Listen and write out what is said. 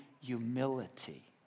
humility